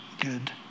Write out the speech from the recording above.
good